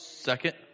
Second